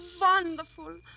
wonderful